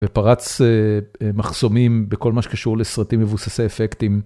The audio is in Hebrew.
ופרץ מחסומים בכל מה שקשור לסרטים מבוססי אפקטים.